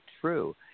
true